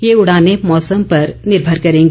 ये उड़ानें मौसम पर निर्भर करेंगी